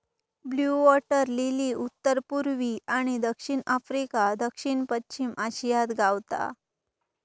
blue water lily उत्तर पुर्वी आणि दक्षिण आफ्रिका, दक्षिण पश्चिम आशियात गावता